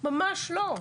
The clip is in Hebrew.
ממש לא,